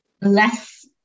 less